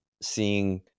seeing